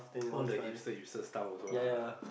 all the hipster hipster stuff also lah